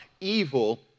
evil